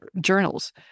journals